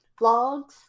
Vlogs